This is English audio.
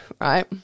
right